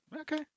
okay